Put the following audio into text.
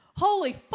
Holy